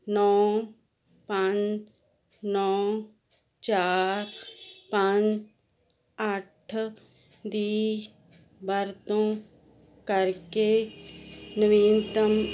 ਨੌਂ ਪੰਜ ਨੌਂ ਚਾਰ ਪੰਜ ਅੱਠ ਦੀ ਵਰਤੋਂ ਕਰਕੇ ਨਵੀਨਤਮ